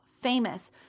famous